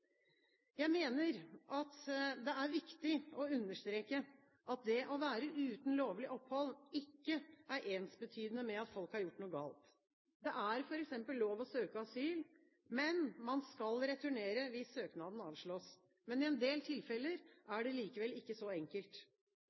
Jeg mener at det er viktig å understreke at det å være uten lovlig opphold ikke er ensbetydende med at folk har gjort noe galt. Det er f.eks. lov å søke asyl, men man skal returnere hvis søknaden avslås. I en del tilfeller er det likevel ikke så enkelt.